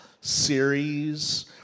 series